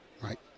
right